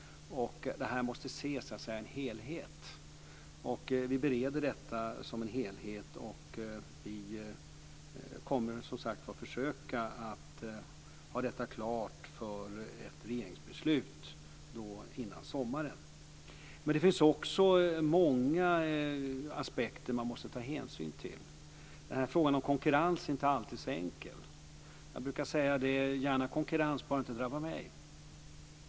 Det här måste ses som en helhet. Vi bereder detta som en helhet. Vi kommer som sagt att försöka att ha detta klart för ett regeringsbeslut innan sommaren. Det finns också många aspekter man måste ta hänsyn till. Frågan om konkurrens är inte alltid så enkel. Gärna konkurrens, bara det inte drabbar mig.